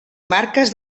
marques